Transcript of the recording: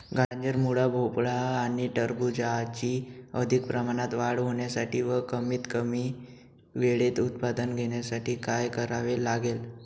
गाजर, मुळा, भोपळा आणि टरबूजाची अधिक प्रमाणात वाढ होण्यासाठी व कमीत कमी वेळेत उत्पादन घेण्यासाठी काय करावे लागेल?